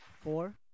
Four